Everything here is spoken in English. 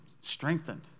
strengthened